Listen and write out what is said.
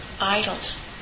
idols